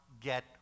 get